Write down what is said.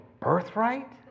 birthright